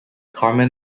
carmen